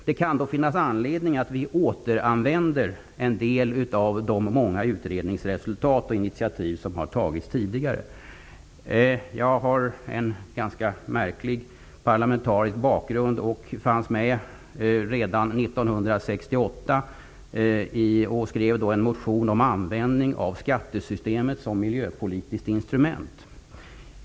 Det kan finnas anledning att vi återanvänder en del av de många utredningsresultat som föreligger och de initiativ som har tagits tidigare. Jag har en ganska märklig parlamentarisk bakgrund och fanns med redan 1968. Jag skrev då en motion om användning av skattesystemet som miljöpolitiskt instrument.